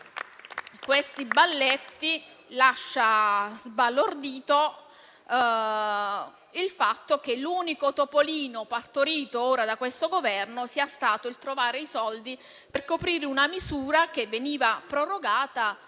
questi balletti, lascia sbalordito il fatto che l'unico topolino partorito da questo Governo sia stato trovare i soldi per coprire una misura che veniva prorogata